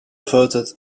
voted